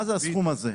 מה זה הסכום הזה?